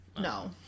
No